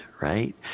right